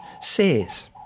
says